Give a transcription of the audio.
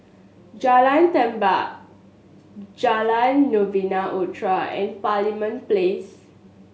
Jalan Tampang Jalan Novena Utara and Parliament Place